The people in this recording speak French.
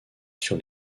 sur